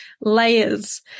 layers